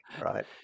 right